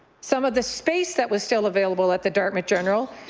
some of the space that was still available at the dartmouth general.